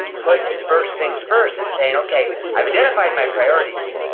put first things first, is saying, okay, i've identified my priorities.